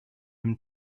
him